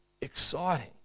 exciting